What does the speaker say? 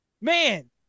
Man